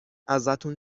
ازتون